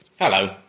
Hello